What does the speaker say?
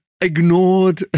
ignored